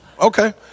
Okay